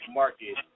market